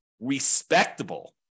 respectable